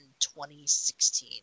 2016